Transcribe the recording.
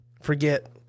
Forget